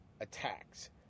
attacks